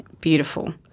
Beautiful